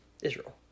israel